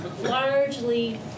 largely